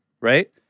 right